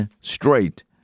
straight